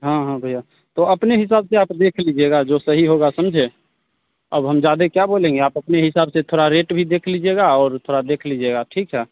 हाँ हाँ भैया तो अपने हिसाब से आप देख लीजिएगा जो सही होगा समझे अब हम ज़्यादा क्या बोलेंगे आप अपने हिसाब से थोड़ा रेट भी देख लीजिएगा और देख लीजिएगा ठीक है